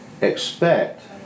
expect